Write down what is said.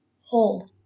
whole